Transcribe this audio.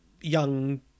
young